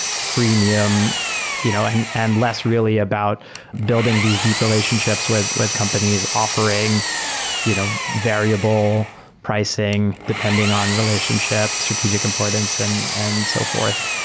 freemium you know and and less really about building these deep relationships with with companies offering you know variable pricing depending on relationship, strategic importance and and so forth.